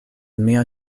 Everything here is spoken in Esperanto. mia